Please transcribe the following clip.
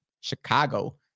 Chicago